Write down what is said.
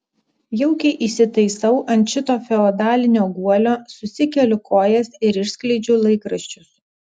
jaukiai įsitaisau ant šito feodalinio guolio susikeliu kojas ir išskleidžiu laikraščius